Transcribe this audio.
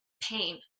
pain